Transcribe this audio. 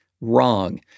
Wrong